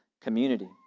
community